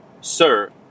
sir